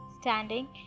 standing